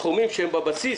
שסכומים שהם בבסיס